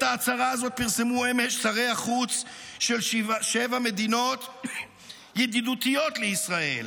את ההצהרה הזאת פרסמו אמש שרי החוץ של שבע מדינות ידידותיות לישראל,